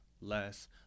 less